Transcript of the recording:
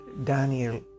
Daniel